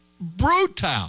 Brutal